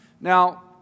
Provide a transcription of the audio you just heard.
Now